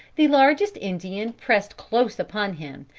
the largest indian pressed close upon him,